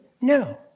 No